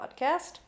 podcast